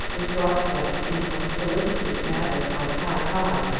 was brought to us in the most solicitous manner by ti-hi,